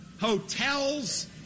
hotels